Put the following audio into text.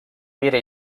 vera